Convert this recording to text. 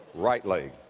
right leg,